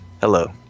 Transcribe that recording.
Hello